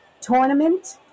tournament